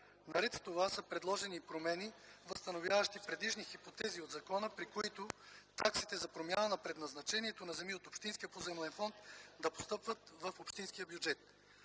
Наред с това са предложени промени, възстановяващи предишни хипотези от закона, при които таксите за промяна на предназначението на земи от общинския поземлен фонд да постъпват в общинския бюджет.